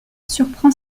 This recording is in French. surprend